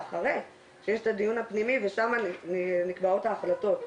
אחרי שיש את הדיון הפנימי ושם נקבעות ההחלטות,